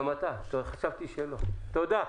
תודה.